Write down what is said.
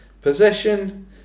possession